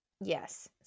yes